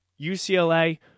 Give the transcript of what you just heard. UCLA